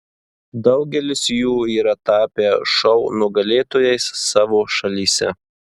daugelis jų yra tapę šou nugalėtojais savo šalyse